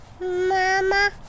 mama